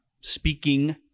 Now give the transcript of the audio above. speaking